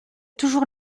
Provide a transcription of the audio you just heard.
toujours